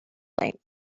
length